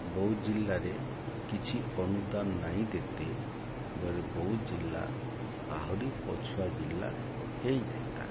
ବୌଦ୍ଧ୍ ଜିଲ୍ଲାରେ କିଛି ଅନୁଦାନ୍ ନାଇଁ ଦେତେ ବୋଲେ ବୌଦ୍ଧ୍ ଜିଲ୍ଲା ଆହୁରି ପଛୁଆ ଜିଲ୍ଲା ହେଇଜାଏତା